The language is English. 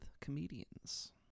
comedians